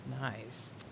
Nice